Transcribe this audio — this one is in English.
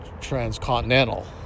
transcontinental